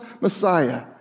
Messiah